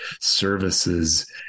services